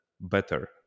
better